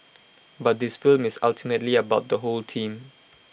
but this film is ultimately about the whole team